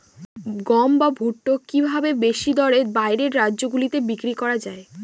গম বা ভুট্ট কি ভাবে বেশি দরে বাইরের রাজ্যগুলিতে বিক্রয় করা য়ায়?